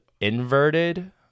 inverted